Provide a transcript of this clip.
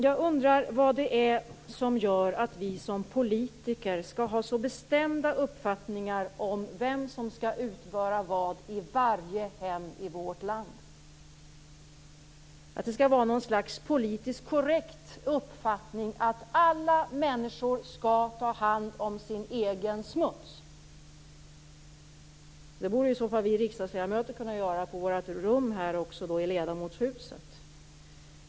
Jag undrar vad det är som gör att vi som politiker skall ha så bestämda uppfattningar om vem som skall utföra vad i varje hem i vårt land. Det skall vara någon slags politiskt korrekt uppfattning att alla människor skall ta hand om sin egen smuts. Det borde i så fall också vi riksdagsledamöter kunna göra på våra rum i ledamotshuset.